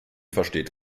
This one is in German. versteht